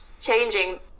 changing